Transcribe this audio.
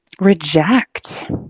reject